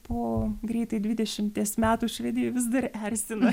po greitai dvidešimties metų švedijoj vis dar erzina